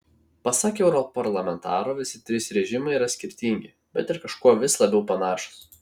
pasak europarlamentaro visi trys režimai yra skirtingi bet ir kažkuo vis labiau panašūs